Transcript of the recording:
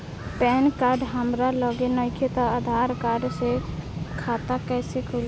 Pan card हमरा लगे नईखे त आधार कार्ड से खाता कैसे खुली?